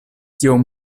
tiom